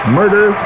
murder